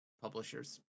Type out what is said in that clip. publishers